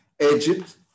Egypt